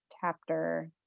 chapter